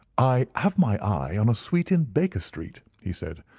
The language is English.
i have my eye on a suite in baker street, he said,